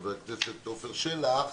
חבר הכנסת עופר שלח,